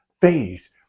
phase